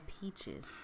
peaches